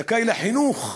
זכאי לחינוך,